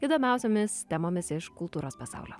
įdomiausiomis temomis iš kultūros pasaulio